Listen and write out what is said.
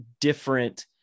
different